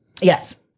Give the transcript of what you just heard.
Yes